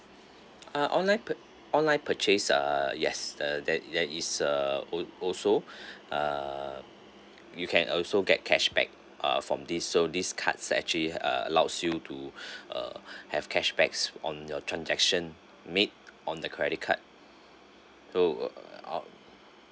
uh online pur~ online purchase uh yes uh that is that is uh al~ also uh you can also get cashback uh from this so this cards actually uh allows you to uh have cashbacks on your transaction made on the credit card so err on